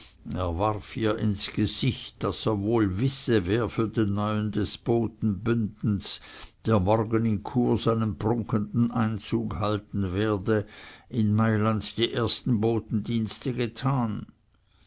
er warf ihr ins gesicht daß er wohl wisse wer für den neuen despoten bündens der morgen in chur seinen prunkenden einzug halten werde in mailand die ersten botendienste getan